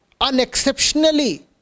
Unexceptionally